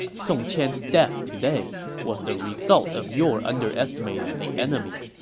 song qian's death today was the result of your underestimating the enemy.